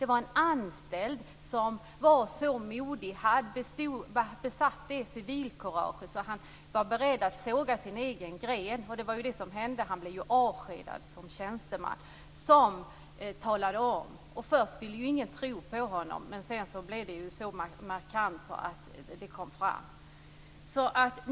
Det var en anställd som var så modig och besatt ett sådant civilkurage att han var beredd att såga av den gren han själv satt på. Han blev ju avskedad. Det var denna tjänsteman som talade om hur det stod till. Först ville ingen tro på honom, men sedan blev det så markant att det kom fram.